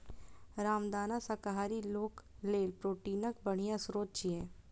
रामदाना शाकाहारी लोक लेल प्रोटीनक बढ़िया स्रोत छियै